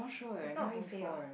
it's not buffet what